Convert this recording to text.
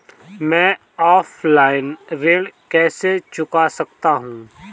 मैं ऑफलाइन ऋण कैसे चुका सकता हूँ?